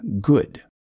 good